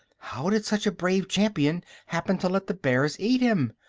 how did such a brave champion happen to let the bears eat him?